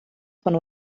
von